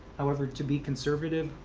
however, to be conservative,